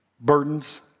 burdens